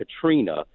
Katrina